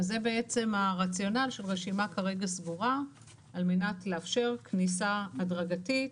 זה בעצם הרציונל של רשימה סגורה על מנת לאפשר כניסה הדרגתית,